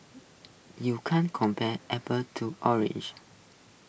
you can't compare apples to oranges